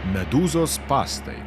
medūzos spąstai